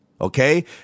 Okay